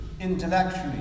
intellectually